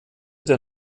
der